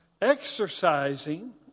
exercising